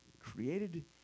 created